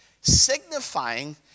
signifying